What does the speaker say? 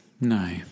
No